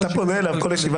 אתה פונה אליו כל ישיבה.